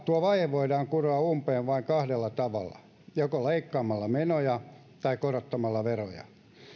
tuo vaje voidaan kuroa umpeen vain kahdella tavalla joko leikkaamalla menoja tai korottamalla veroja